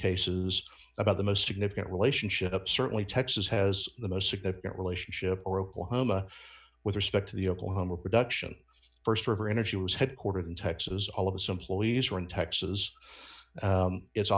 cases about the most significant relationship certainly texas has the most significant relationship or oklahoma with respect to the oklahoma production st river energy was headquartered in texas all of its employees were in texas